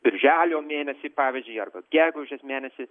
birželio mėnesį pavyzdžiui arba gegužės mėnesį